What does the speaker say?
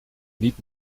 niet